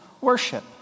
worship